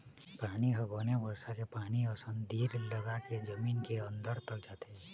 पानी ह बने बरसा के पानी असन धीर लगाके जमीन के अंदर तक जाथे